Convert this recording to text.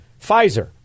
Pfizer